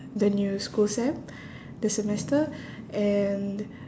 the new school sem the semester and